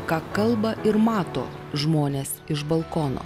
ką kalba ir mato žmonės iš balkono